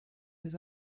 his